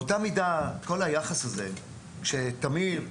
באותה מידה כל היחס הזה של תמיר ורם,